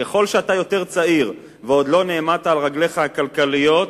ככל שאתה יותר צעיר ועוד לא נעמדת על רגליך הכלכליות,